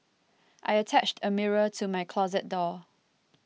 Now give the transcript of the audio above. I attached a mirror to my closet door